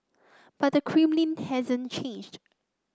but the Kremlin hasn't changed